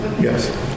yes